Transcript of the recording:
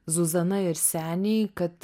zuzana ir seniai kad